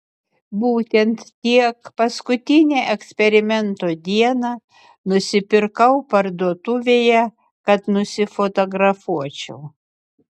būtent tiek paskutinę eksperimento dieną nusipirkau parduotuvėje kad nusifotografuočiau